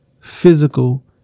physical